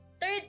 Third